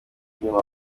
inyuma